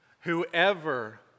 Whoever